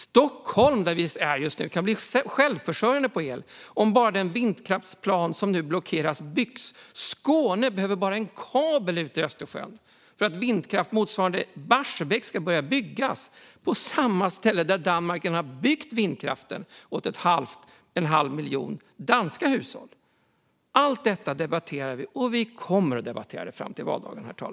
Stockholm kan bli självförsörjande på el om bara den vindkraft som nu blockeras byggs. Skåne behöver bara en kabel ut i Östersjön för att vindkraft motsvarande Barsebäck ska kunna börja byggas, på samma ställe där Danmark redan byggt vindkraft åt en halv miljon danska hushåll. Herr talman! Allt detta debatterar vi, och vi kommer att debattera det fram till valdagen.